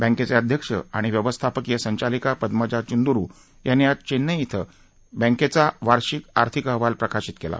बँकेचे अध्यक्ष आणि व्यवस्थापकिय संचालिका पद्मजा चुंद्रू यांनी आज चेन्नई श्वे बँकेचा वार्षिक आर्थिक अहवाल प्रकाशित केला